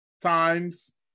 times